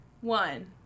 one